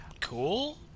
cool